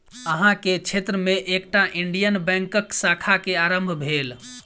अहाँ के क्षेत्र में एकटा इंडियन बैंकक शाखा के आरम्भ भेल